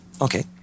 Okay